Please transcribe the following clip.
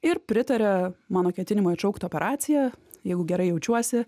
ir pritaria mano ketinimui atšaukt operaciją jeigu gerai jaučiuosi